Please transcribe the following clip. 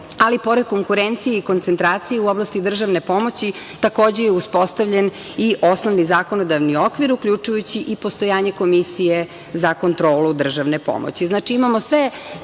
ali pored konkurencije i koncentracije u oblasti državne pomoći takođe je uspostavljen i osnovni zakonodavni okvir, uključujući i postojanje Komisije za kontrolu državne pomoći. Znači, imamo sve